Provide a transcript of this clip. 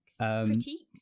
Critiques